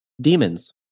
Demons